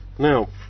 now